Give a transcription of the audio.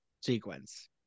sequence